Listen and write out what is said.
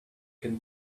can